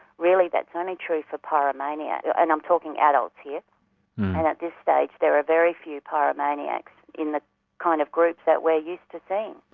really that's only true for pyromania, yeah and i'm talking adults here, and at this stage there are very few pyromaniacs in the kind of groups that we're used to seeing.